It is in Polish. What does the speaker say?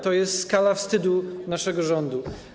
To jest skala wstydu naszego rządu.